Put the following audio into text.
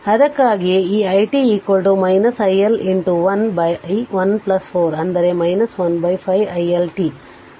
ಆದ್ದರಿಂದ ಅದಕ್ಕಾಗಿಯೇ ಈ i t i L 1 1 4 ಅಂದರೆ 1 5 i L t